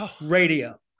radio